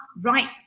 right